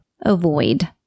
avoid